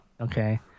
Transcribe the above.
Okay